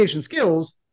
skills